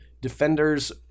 Defenders